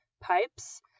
pipes